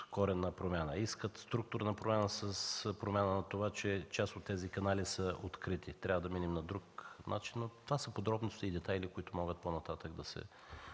коренна промяна, структурна промяна с оглед на това, че част от тези канали са открити и трябва да минем на друг начин. Но това са подробности и детайли, които могат да се